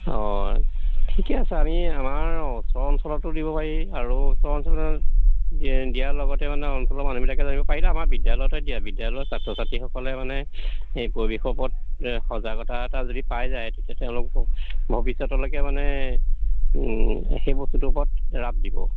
অঁ ঠিকে আছে আমি আমাৰ ওচৰৰ অঞ্চলতো দিব পাৰি আৰু ওচৰ অঞ্চলত দিয়াৰ লগতে মানে অঞ্চলৰ মানুহবিলাকে জানিব পাৰিলে আমাৰ বিদ্যালয়তে দিয়া বিদ্যালয়ৰ ছাত্ৰ ছাত্ৰীসকলে মানে এই পৰিৱেশ ওপৰত সজাগতা এটা যদি পাই যায় তেতিয়া তেওঁলোকে ভৱিষ্যতলৈকে মানে সেই বস্তুটোৰ ওপৰত ৰাপ দিব